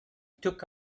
took